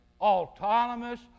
autonomous